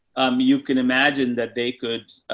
um, you can imagine that they could,